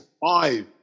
five